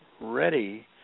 ready